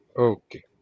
Okay